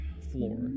floor